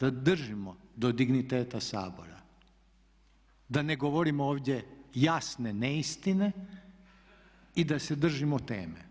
da držimo do digniteta Sabora, da ne govorimo ovdje jasne neistine i da se držimo teme.